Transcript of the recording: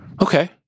okay